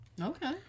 Okay